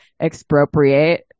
expropriate